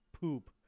poop